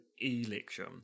election